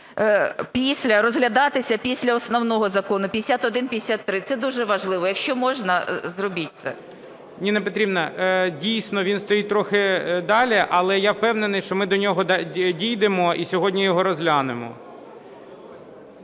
після, розглядатися після основного Закону 5153. Це дуже важливо. Якщо можна, зробіть це. ГОЛОВУЮЧИЙ. Ніна Петрівна, дійсно, він стоїть трохи далі, але я впевнений, що ми до нього дійдемо і сьогодні його розглянемо.